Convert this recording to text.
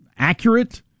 Accurate